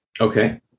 Okay